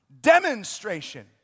demonstration